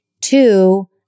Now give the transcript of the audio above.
Two